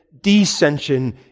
descension